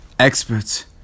Experts